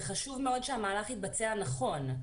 זה חשוב מאוד שהמהלך יתבצע נכון.